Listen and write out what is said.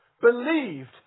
believed